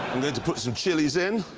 to put some chilies in.